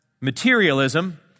materialism